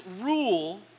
rule